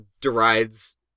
derides